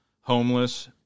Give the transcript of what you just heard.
homeless